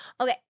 Okay